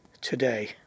today